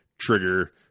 trigger